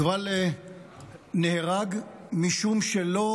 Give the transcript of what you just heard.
יובל נהרג משום שלא